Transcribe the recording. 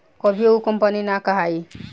कभियो उ कंपनी ना कहाई